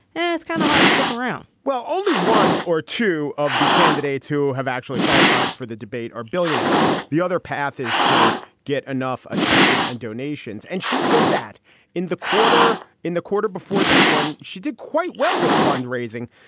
it's kind of hard to stick around well, only one or two of the candidates who have actually qualified for the debate are billionaires. the other path is to get enough attention and donations. and she did that in the quarter in the quarter before this one. she did quite well with fundraising.